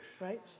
right